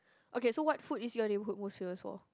okay so what food is your neighbourhood most famous for